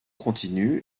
continu